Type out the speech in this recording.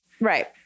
Right